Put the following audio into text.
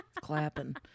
clapping